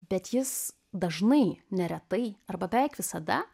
bet jis dažnai neretai arba beveik visada